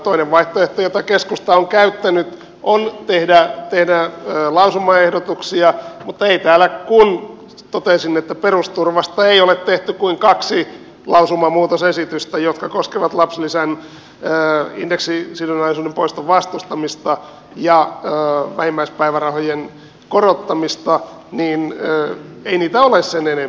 toinen vaihtoehto jota keskusta on käyttänyt on tehdä lausumaehdotuksia mutta ei täällä kuten totesin perusturvasta ole tehty kuin kaksi lausumamuutosesitystä jotka koskevat lapsilisän indeksisidonnaisuuden poiston vastustamista ja vähimmäispäivärahojen korottamista ei niitä ole sen enempää